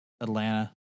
Atlanta